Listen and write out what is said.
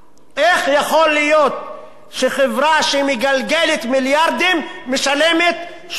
איך יכול להיות שחברה שמגלגלת מיליארדים משלמת 3%,